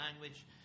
language